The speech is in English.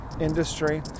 industry